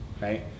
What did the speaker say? right